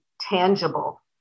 tangible